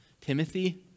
Timothy